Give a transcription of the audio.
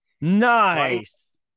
Nice